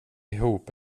ihop